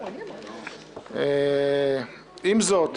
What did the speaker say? עם זאת,